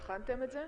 בחנתם את זה?